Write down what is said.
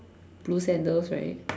blue sandals right